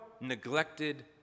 neglected